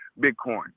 Bitcoin